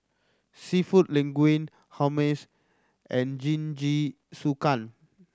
Seafood Linguine Hummus and Jingisukan